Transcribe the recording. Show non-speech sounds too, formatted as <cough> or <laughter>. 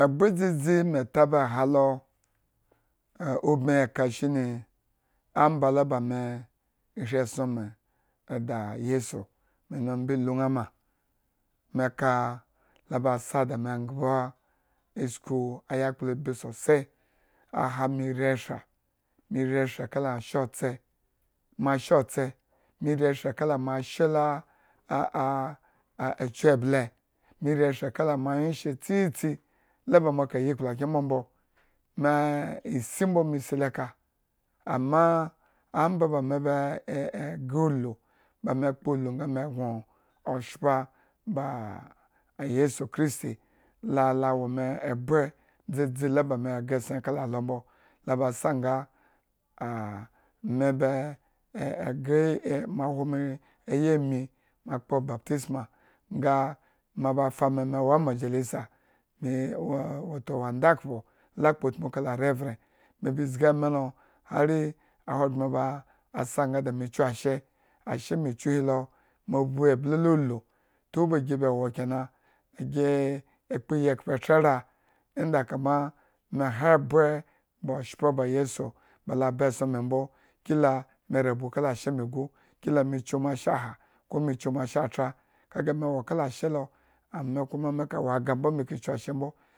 Ebre dzidzi me tuba halo ubmihi ka shine omba la ba me shri esson me e da yesu me lu ma, me ba ñaa ma. me ka oba asa da me nghba eskle ayakplo abii sosai aaha me ri eshra, me ri eshra kalaashe-tse moashe-tse, me ri kala moashe la <hesitation> ku eble, meri eshra kala moanwyeshe tsiitsi la ba mo kayi kplakyen mbombo, me e isi mbo me si loka, amma omba me be <hesitation> gremesi lo ka, amma omba me be ”eh” gre uluu ba me mpo uluu. nga gño oshpa ba a yesu kristi lala wo me ebre dzodzila ba me e gresongre kala alo mbo, la ba sa nga <hesitation> me be ”e ee” greme hwo me ayimii me kpo bobtisma nga me ba fa me, me wo amajalisa me <unintelligible> watowato wondakhpo lakpo utmu kala revrend me ba zgi amii lo hari ahogbren basa nga da kyuashe, asheme kyu he lo mo vbu eble lo uluu. Tu ba gi be wo kena agi e kpo iyi ekhpetrera, emba kama me ha ebre ba oshpa yesu, bala ba esson mbo. kila me rabukala ashe gu, kila me kyu moasheha ko me kyu moashetra ka ge mewo kalaashe lo, ame kumo me kawo aya me ka kyu lo mbo